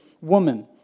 woman